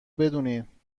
بدونین